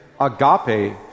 agape